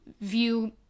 view